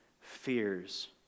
fears